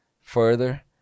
further